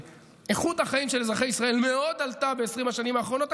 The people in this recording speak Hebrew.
איכות החיים של אזרחי ישראל מאוד עלתה ב-20 השנים האחרונות,